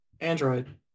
Android